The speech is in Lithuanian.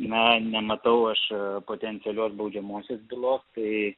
na nematau aš potencialios baudžiamosios bylos kai